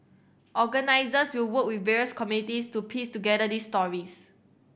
organisers will work with various communities to piece together these stories